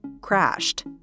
crashed